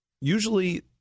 usually